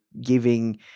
giving